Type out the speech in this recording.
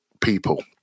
people